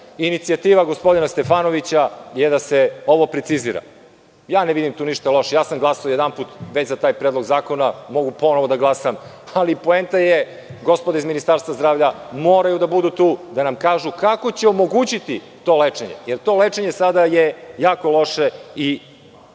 poboljša. Inicijativa gospodina Stefanovića je da se ovo precizira. Ne vidim tu ništa loše. Glasao sam već jedanput za taj predlog zakona i mogu ponovo da glasam, ali poenta je da gospoda iz Ministarstva zdravlja moraju da budu tu i da nam kažu kako će omogućiti to lečenje, jer je to lečenje sada jako loše i